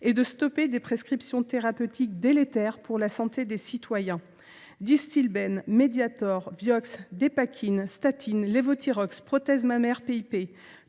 et de stopper des prescriptions thérapeutiques délétères pour la santé de nos concitoyens ? Distilbène, Mediator, Vioxx, Dépakine, statines, Levothyrox, prothèses mammaires PIP